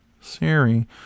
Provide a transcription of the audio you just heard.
Siri